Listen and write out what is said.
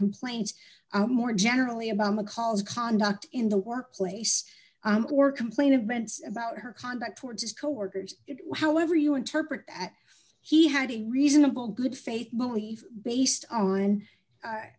complaint more generally about mccall's conduct in the workplace or complained of bents about her conduct towards his coworkers it however you interpret that he had a reasonable good faith belief based